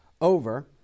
over